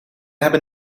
hebben